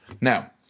now